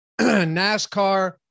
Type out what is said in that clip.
NASCAR